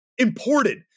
Imported